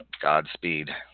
Godspeed